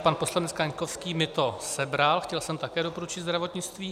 Pan poslanec Kaňkovský mi to sebral, chtěl jsem také doporučit zdravotnictví.